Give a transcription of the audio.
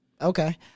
Okay